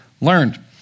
learned